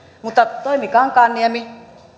mutta toimi kankaanniemi